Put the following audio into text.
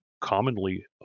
commonly